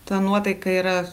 ta nuotaika yra